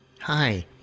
Hi